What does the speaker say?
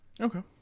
Okay